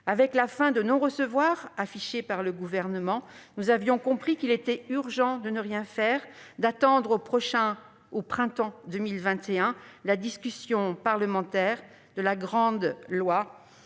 Avec la fin de non-recevoir opposée par le Gouvernement, nous avions compris qu'il était urgent de ne rien faire, d'attendre, au printemps 2021, la discussion parlementaire de la loi